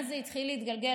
אז זה התחיל להתגלגל.